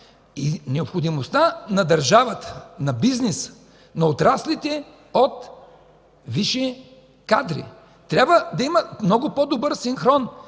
необходимостта на държавата, на бизнеса, на отраслите от висши кадри. Трябва да има много по-добър синхрон